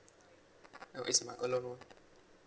no it's my alone orh